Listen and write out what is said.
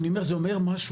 אני אומר, זה אומר משהו.